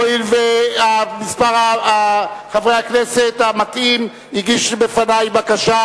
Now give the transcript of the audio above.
הואיל ומספר חברי כנסת מתאים הגישו בפני בקשה,